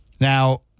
Now